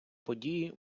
події